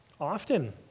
often